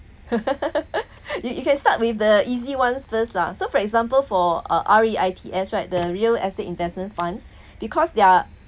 you you can start with the easy ones first lah so for example for uh R_E_I_T S right the real estate investment funds because their